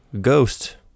ghost